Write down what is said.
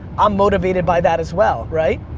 i'm motivated by that as well, right?